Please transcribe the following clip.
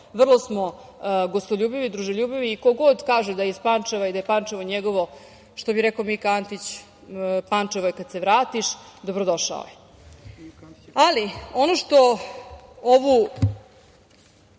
vrlo smo gostoljubivi, druželjubivi i ko god kaže da je iz Pančeva i da je Pančevo njegovo, što bi rekao Mika Antić – Pančevo je kad se vratiš, dobrodošao je. Ali, ono što ovu